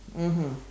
mmhmm